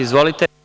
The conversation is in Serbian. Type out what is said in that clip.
Izvolite.